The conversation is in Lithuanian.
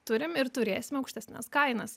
turim ir turėsim aukštesnes kainas